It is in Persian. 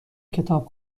کتاب